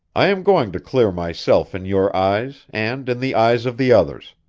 i am going to clear myself in your eyes, and in the eyes of the others.